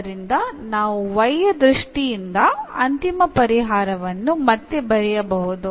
ಆದ್ದರಿಂದ ನಾವು y ಯ ದೃಷ್ಟಿಯಿಂದ ಅಂತಿಮ ಪರಿಹಾರವನ್ನು ಮತ್ತೆ ಬರೆಯಬಹುದು